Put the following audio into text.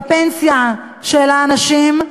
בפנסיה של האנשים,